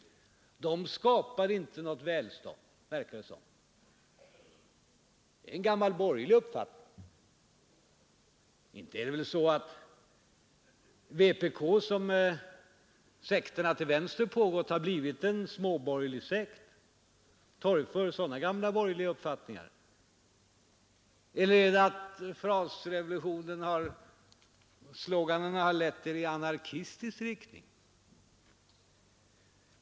Det verkar som om herr Hermansson ansåg att de inte skulle skapa något välstånd. Det är en gammal borgerlig uppfattning. Inte är det väl så att vpk, som grupperna till vänster påstått, blivit en småborgerlig sekt som torgför sådana gamla borgerliga uppfattningar? Eller är det så att frasrevolutionen och användningen av slogans har inverkat i anarkistisk riktning?